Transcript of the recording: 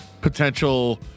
potential